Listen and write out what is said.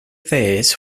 this